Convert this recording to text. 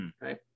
right